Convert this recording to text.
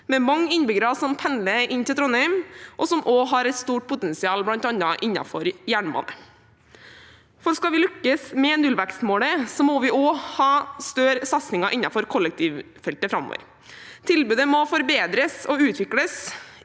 med mange innbyggere som pendler til Trondheim, og som også har et stort potensial bl.a. innenfor jernbane. Skal vi lykkes med nullvekstmålet, må vi også ha større satsinger innenfor kollektivfeltet framover. Tilbudet må forbedres og utvikles,